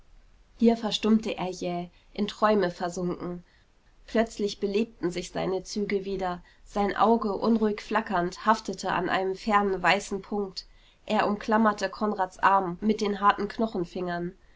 hier verstummte er jäh in träume versunken plötzlich belebten sich seine züge wieder sein auge unruhig flackernd haftete an einem fernen weißen punkt er unklammerte konrads arm mit den harten